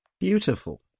beautiful